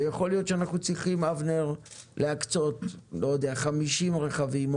ויכול להיות שאנחנו צריכים להקצות 50 או